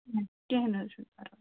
کینٛہہ نہٕ حظ چھُنہٕ پرواے